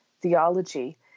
theology